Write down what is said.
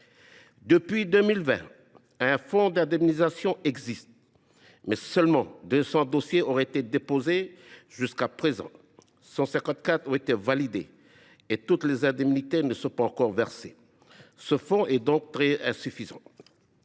Depuis 2020, un fonds d’indemnisation existe, mais 200 dossiers seulement ont été déposés jusqu’à présent, dont 154 ont été validés, et toutes les indemnités ne sont pas encore versées. Ce fonds est donc très insuffisant.